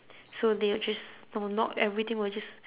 so they would just well not everything will just